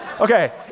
Okay